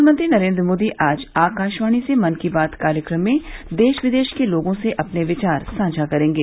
प्रधानमंत्री नरेन्द्र मोदी आज आकाशवाणी से मन की बात कार्यक्रम में देश विदेश के लोगों से अपने विचार साझा करेंगे